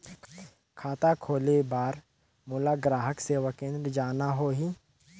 खाता खोले बार मोला ग्राहक सेवा केंद्र जाना होही?